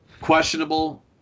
Questionable